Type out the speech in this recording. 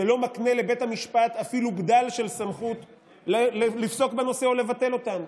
זה לא מקנה לבית המשפט אפילו בדל של סמכות לפסוק בנושא או לבטל אותם.